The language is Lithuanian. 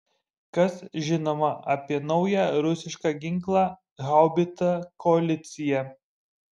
kas žinoma apie naują rusišką ginklą haubicą koalicija